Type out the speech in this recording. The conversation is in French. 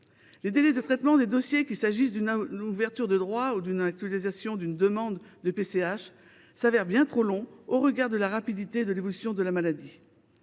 Les délais de traitement des dossiers, qu’il s’agisse d’une ouverture de droits ou d’une actualisation d’une demande de PCH, se révèlent bien trop longs au regard de la rapidité de l’évolution de la maladie.